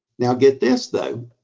now get this, though.